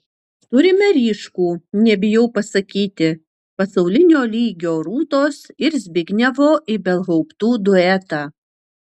turime ryškų nebijau pasakyti pasaulinio lygio rūtos ir zbignevo ibelhauptų duetą